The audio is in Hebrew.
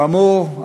כאמור,